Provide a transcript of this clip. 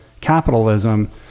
capitalism